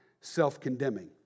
self-condemning